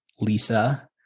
lisa